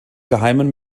geheimen